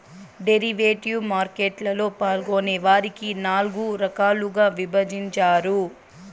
derivative market లలో పాల్గొనే వారిని నాల్గు రకాలుగా విభజించారు